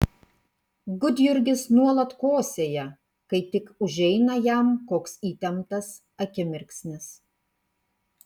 gudjurgis nuolat kosėja kai tik užeina jam koks įtemptas akimirksnis